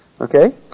Okay